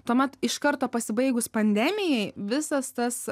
tuomet iš karto pasibaigus pandemijai visas tas